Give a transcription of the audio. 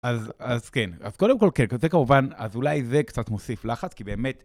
אז כן, אז קודם כל כן, כזה כמובן, אז אולי זה קצת מוסיף לחץ כי באמת...